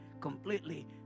completely